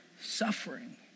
suffering